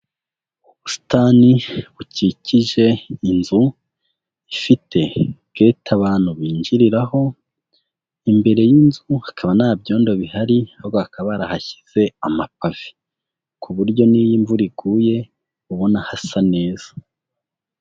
Ubusitani bukikije inzu ifite gete abantu binjiriraho, imbere y'inzu hakaba nta byondo bihari ahubwo bakaba barahashyize amapave. Ku buryo n'iyo imvura iguye ubona hasa neza.